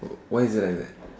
why is it like that